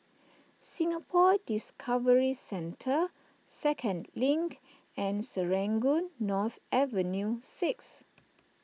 Singapore Discovery Centre Second Link and Serangoon North Avenue six